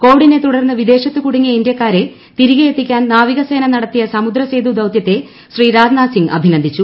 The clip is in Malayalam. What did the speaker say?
കോവിഡിനെ തുടർന്ന് വിദേശത്ത് കുടുങ്ങിയ ഇന്ത്യക്കാരെ തിരികെയെത്തിക്കാൻ നാവിസേന നടത്തിയ സമുദ്രസേതു ദൌതൃത്തെ ശ്രീ രാജ്നാഥ് അഭിനന്ദിച്ചു